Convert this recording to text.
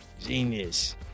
genius